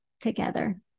together